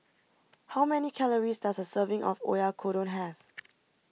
how many calories does a serving of Oyakodon have